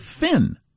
thin